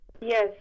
Yes